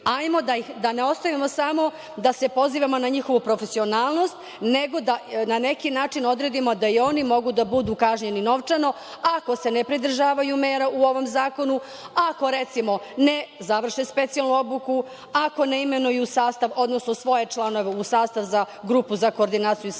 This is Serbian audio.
ajmo da ne ostavimo samo da se pozivamo na njihovu profesionalnost, nego da na neki način odredimo da i oni mogu da budu kažnjeni novčano ako se ne pridržavaju mera u ovom zakonu, ako recimo ne završe specijalnu obuku, ako ne imenuju sastav, odnosno svoje članove u sastav za Grupu za koordinaciju i saradnju,